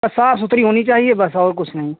साफ सुथरी होनी चाहिए बस और कुछ नहीं